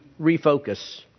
refocus